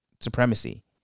supremacy